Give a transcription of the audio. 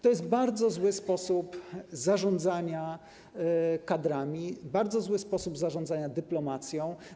To jest bardzo zły sposób zarządzania kadrami, bardzo zły sposób zarządzania dyplomacją.